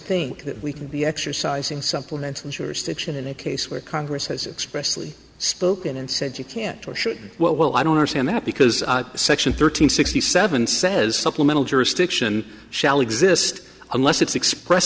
think that we could be exercising supplements and jurisdiction in a case where congress has expressly spoken and said you can't or should well i don't understand that because section thirteen sixty seven says supplemental jurisdiction shall exist unless it's express